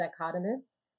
dichotomous